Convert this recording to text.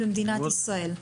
במדינת ישראל.